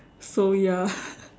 so ya